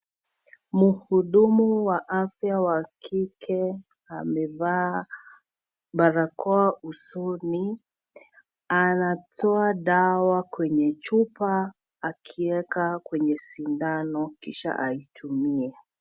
Muhudumu wa afya wa kike amevaa barakoa usoni. Anatoa dawa kwenye chupa akiweka kwenye sindano kisha aitumie.